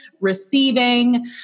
receiving